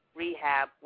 rehab